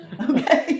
Okay